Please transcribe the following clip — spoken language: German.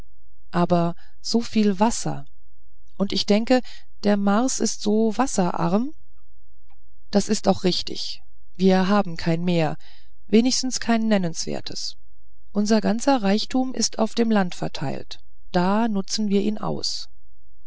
aber so viel wasser und ich denke der mars ist so wasserarm das ist auch richtig wir haben kein meer wenigstens kein nennenswertes unser ganzer reichtum ist auf dem land verteilt da nutzen wir ihn aus